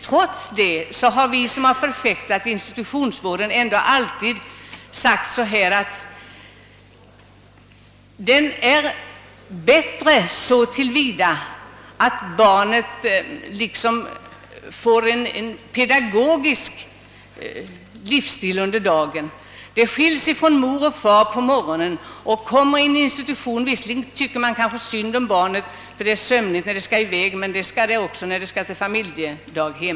Trots det har vi, som förfäktat institutionsvårdens fördelar, ändå alltid sagt att den är bättre så till vida, att barnen får en pedagogiskt utformad livsrytm under dagen. Barnet skils från mor och far på morgonen och kommer in till en institution. Visserligen kanske man kan tycka synd om barnet — det är sömnigt när det skall ut på morgonen, men det blir ju samma sak om det skall i väg till ett familjedaghem.